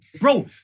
Bro